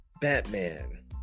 Batman